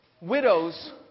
widows